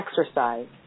exercise